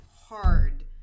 hard